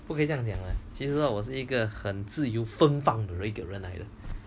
不可以这样讲其实我是一个很自由冯芳的一个人来的